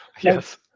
yes